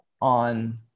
On